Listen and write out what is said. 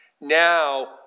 Now